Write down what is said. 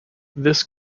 this